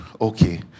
okay